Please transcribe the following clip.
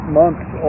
months